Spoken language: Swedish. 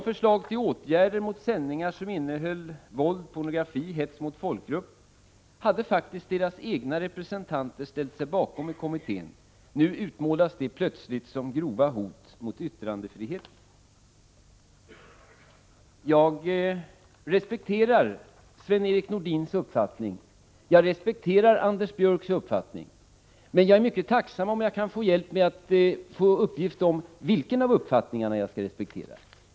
Förslagen till åtgärder mot sändningar som innehöll våld, pornografi och hets mot folkgrupp hade faktiskt deras egna representanter i kommittén ställt sig bakom. Nu utmålades dessa förslag plötsligt som grova hot mot yttrandefriheten. Jag respekterar Sven-Erik Nordins uppfattning. Jag respekterar Anders Björcks uppfattning. Men jag är mycket tacksam om jag kan få hjälp med att få uppgift om vilken av uppfattningarna jag skall respektera.